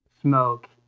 smoke